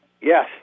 Yes